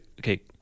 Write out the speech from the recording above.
okay